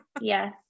Yes